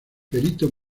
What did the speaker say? perito